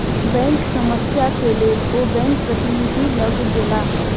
bank समस्या के लेल ओ बैंक प्रतिनिधि लग गेला